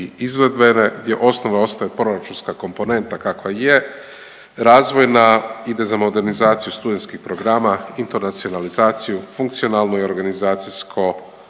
izvedbene gdje osnova ostaje proračunska komponenta kakva je, razvojna ide za modernizaciju studentskih programa, internacionalizaciju, funkcionalnu i organizacijsko